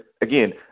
again